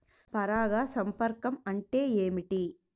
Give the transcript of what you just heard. పరాగ సంపర్కం అంటే ఏమిటి?